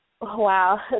Wow